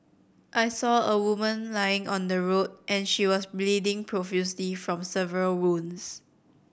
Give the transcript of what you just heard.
I saw a woman lying on the road and she was bleeding profusely from several wounds